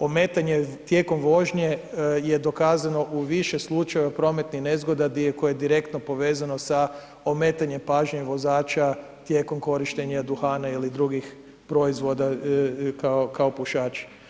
ometanje tijekom vožnje je dokazano u više slučajeva prometnih nezgoda koje je direktno povezano sa ometanjem pažnje vozača tijekom korištenja duhana ili drugih proizvoda kao pušači.